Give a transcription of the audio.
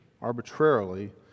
arbitrarily